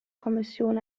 kommission